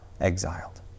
exiled